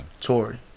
Tory